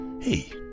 Hey